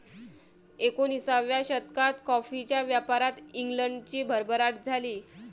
एकोणिसाव्या शतकात कॉफीच्या व्यापारात इंग्लंडची भरभराट झाली